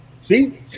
See